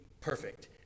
perfect